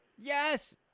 Yes